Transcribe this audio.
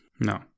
No